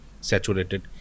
Saturated